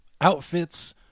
outfits